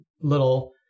little